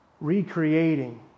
recreating